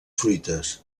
fruites